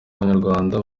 b’abanyarwanda